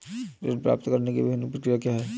ऋण प्राप्त करने की विभिन्न प्रक्रिया क्या हैं?